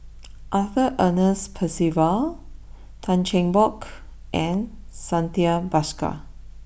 Arthur Ernest Percival Tan Cheng Bock and Santha Bhaskar